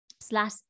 slash